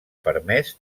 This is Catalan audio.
permès